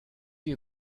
you